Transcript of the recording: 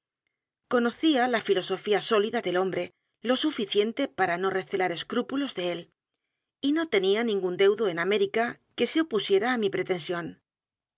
conocía la fdosofía sólida del hombre lo suficiente para no recelar escrúpulos de él y no tenía ningún deudo en américa que se opusiera á mi pretensión